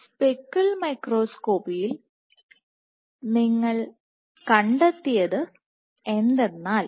speckle മൈക്രോസ്കോപ്പിയിൽ നിങ്ങൾ കണ്ടെത്തിയത് എന്തെന്നാൽ